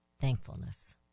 thankfulness